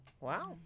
Wow